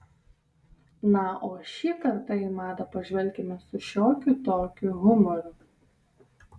na o šį kartą į madą pažvelkime su šiokiu tokiu humoru